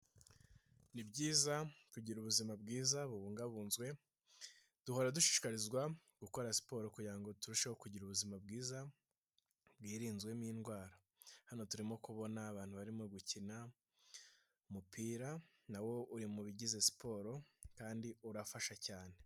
Ni byiza kugira ubuzima bwiza bubungabunzwe, duhora dushikarizwa gukora siporo kugira ngo turusheho kugira ubuzima bwiza bwirinzwemo indwara, hano turimo kubona abantu barimo gukina umupira, na wo uri mu bigize siporo kandi urafasha cyane.